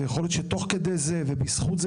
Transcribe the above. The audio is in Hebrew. ויכול להיות שתוך כדי זה ובזכות זה